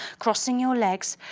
crossing your legs,